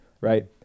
right